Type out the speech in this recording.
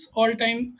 all-time